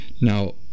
now